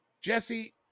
Jesse